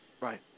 Right